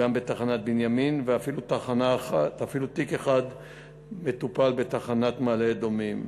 גם בתחנת בנימין ואפילו תיק אחד מטופל בתחנת מעלה-אדומים.